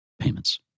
payments